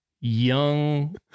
young